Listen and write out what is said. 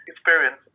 experience